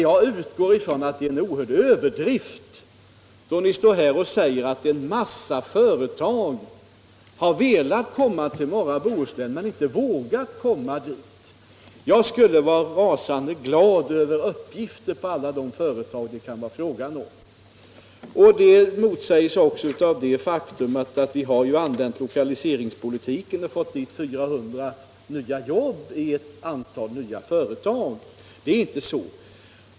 Jag utgår ifrån att det är en oerhörd överdrift då ni står här och säger att ett stort antal företag har velat komma till norra Bohuslän men inte vågat. Jag skulle bli rasande glad över uppgifter på alla de företag det kan vara fråga om. Uppgifterna motsägs också av det faktum att vi genom att använda lokaliseringspolitiken har fått dit 400 nya jobb i ett antal nya företag.